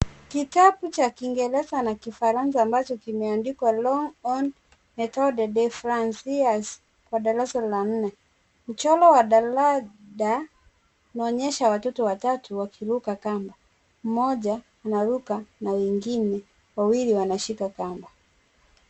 Kitabu cha kingeresa na kifaranza ambacho kimeandikwa longhorn methode de francais wa darasa la nne mchora wa jadada inaonyesha watoto watatu wakiruka kamba, moja anaruka na wengine wawili wanashika kamba.